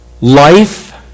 Life